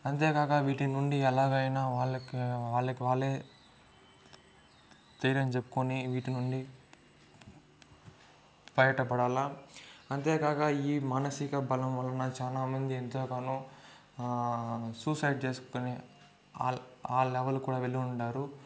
అంతేకాక వీటి నుండి ఎలాగైనా వాళ్ళకి వాళ్ళకి వాళ్లే ధైర్యం చెప్పుకొని వీటి నుండి బయటపడాలి అంతేకాక ఈ మానసిక బలం వలన చాలా మంది ఎంతగానో సూసైడ్ చేసుకొని ఆ ఆ లెవల్ కూడా వెళ్లి ఉన్నారు